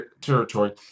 territory